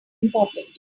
important